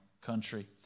country